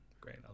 Great